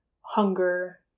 hunger